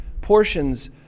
portions